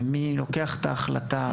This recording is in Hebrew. מי לוקח את ההחלטה?